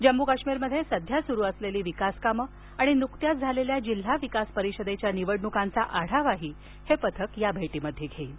जम्मू काश्मीरमध्ये सध्या सुरू असलेली विकासकामं आणि नुकत्याच झालेल्या जिल्हा विकास परिषदेच्या निवडणुकांचा आढावा हे पथक घेणार आहे